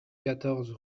quatorze